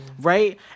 Right